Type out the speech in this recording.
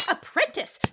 Apprentice